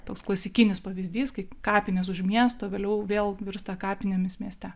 toks klasikinis pavyzdys kai kapinės už miesto vėliau vėl virsta kapinėmis mieste